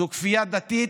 זו כפייה דתית.